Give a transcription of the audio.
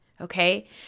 okay